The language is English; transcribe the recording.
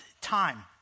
time